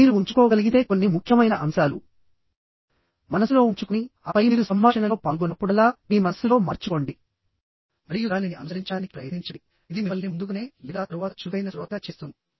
మీరు ఉంచుకోగలిగితే కొన్ని ముఖ్యమైన అంశాలు మనసులో ఉంచుకొని ఆపై మీరు సంభాషణలో పాల్గొన్నప్పుడల్లా మీ మనస్సులో మార్చుకోండి మరియు దానిని అనుసరించడానికి ప్రయత్నించండి ఇది మిమ్మల్ని ముందుగానే లేదా తరువాత చురుకైన శ్రోతగా చేస్తుంది